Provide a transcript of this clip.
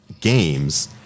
games